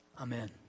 Amen